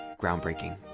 groundbreaking